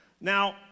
Now